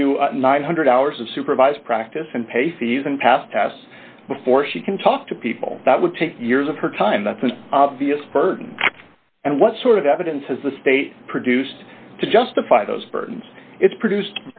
do nine hundred hours of supervised practice and pay fees and pass tests before she can talk to people that would take years of her time that's an obvious person and what sort of evidence has the state produced to justify those burdens it's produced